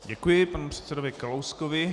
Děkuji panu předsedovi Kalouskovi.